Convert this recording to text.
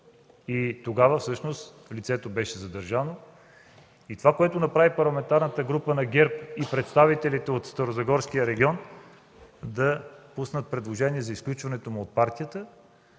и тогава лицето беше задържано. Това, което направиха Парламентарната група на ГЕРБ и представителите от Старозагорския регион – пуснаха предложение за изключването му от партията,